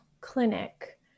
clinic